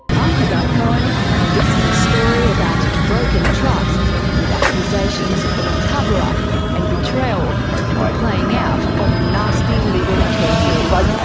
um hagar cohen and this is a story about broken trust, with accusations of a cover-up and betrayal and the playing out of nasty legal turf wars.